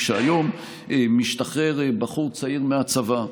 כשהיום משתחרר בחור צעיר מהצבא,